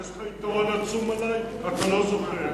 יש לך יתרון עצום עלי, רק אני לא זוכר.